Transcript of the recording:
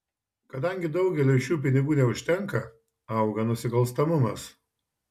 kadangi daugeliui šių pinigų neužtenka auga nusikalstamumas